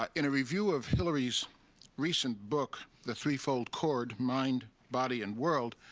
um in a review of hilary's recent book, the threefold cord, mind, body, and world,